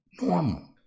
normal